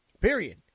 Period